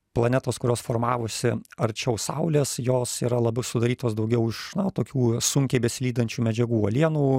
planetos kurios formavusi arčiau saulės jos yra labiau sudarytos daugiau iš na tokių sunkiai besilydančių medžiagų uolienų